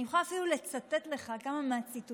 אני יכולה אפילו לצטט לך כמה מהציטוטים